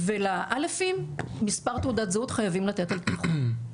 ולא' מספר תעודת זהות חייבים לתת על פי חוק.